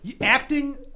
acting